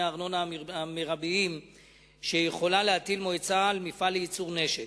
הארנונה המרביים שיכולה להטיל מועצה על מפעל לייצור נשק.